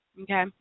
Okay